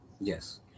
Yes